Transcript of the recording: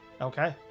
Okay